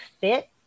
fit